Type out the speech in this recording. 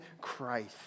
Christ